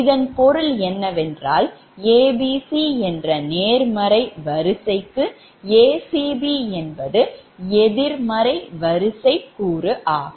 இதன் பொருள் என்னவென்றால் abc என்ற நேர்மறை வரிசைக்கு ac b என்பது எதிர்மறை வரிசை கூறு ஆகும்